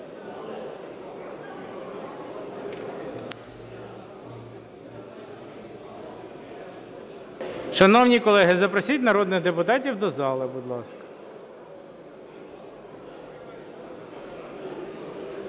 Шановні колеги, запросіть народних депутатів до зали.